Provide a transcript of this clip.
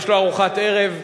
יש לו ארוחת ערב,